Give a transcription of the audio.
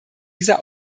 dieser